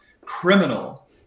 criminal